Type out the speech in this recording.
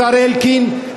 השר אלקין,